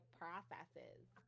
processes